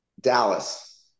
Dallas